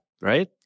right